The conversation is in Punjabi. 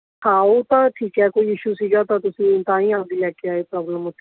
ਹਾਂ ਉਹ ਤਾਂ ਠੀਕ ਹੈ ਕੋਈ ਇਸ਼ੂ ਸੀਗਾ ਤਾਂ ਤੁਸੀਂ ਤਾਂ ਹੀ ਆਪਣੀ ਲੈ ਕਿ ਆਏ ਪ੍ਰੋਬਲਮ ਉੱਥੇ